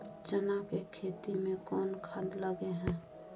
चना के खेती में कोन खाद लगे हैं?